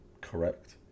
correct